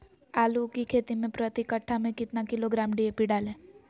आलू की खेती मे प्रति कट्ठा में कितना किलोग्राम डी.ए.पी डाले?